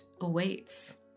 awaits